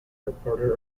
reporter